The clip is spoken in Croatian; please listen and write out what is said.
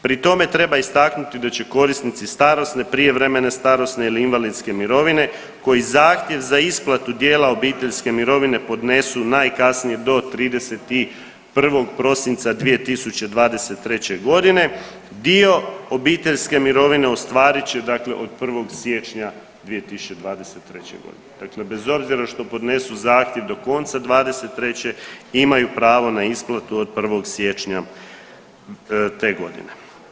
Pri tome treba istaknuti da će korisnici starosne, prijevremene starosne ili invalidske mirovine koji zahtjev za isplatu dijela obiteljske mirovine podnesu najkasnije do 31. prosinca 2023.g. dio obiteljske mirovine ostvarit će od 1. siječnja 2023.g. Dakle, bez obzira što podnesu zahtjev do konca '23. imaju pravo na isplatu od 1. siječnja te godine.